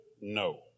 No